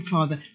Father